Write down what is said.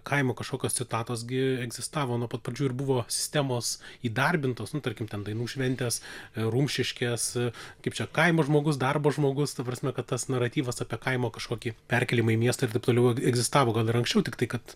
kaimo kažkokios citatos gi egzistavo nuo pat pradžių ir buvo sistemos įdarbintos nu tarkim ten dainų šventės rumšiškės kaip čia kaimo žmogus darbo žmogus ta prasme kad tas naratyvas apie kaimo kažkokį perkėlimą į miestą ir taip toliau egzistavo gal ir anksčiau tiktai kad